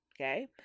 Okay